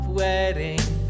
wedding